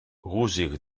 rougir